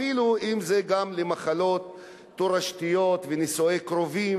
אפילו גם למחלות תורשתיות ונישואי קרובים,